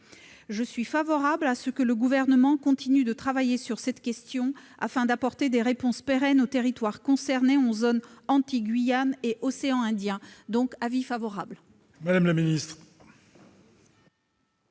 Je suis favorable à ce que le Gouvernement continue de travailler sur cette question afin d'apporter des réponses pérennes aux territoires concernés dans les zones Antilles-Guyane et de l'océan Indien. Avis favorable. Quel est